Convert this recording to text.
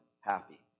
happy